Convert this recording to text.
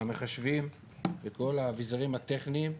המחשבים וכל האביזרים הטכניים,